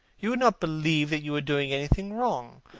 you would not believe that you were doing anything wrong.